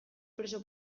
preso